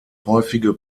häufige